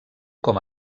com